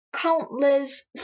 countless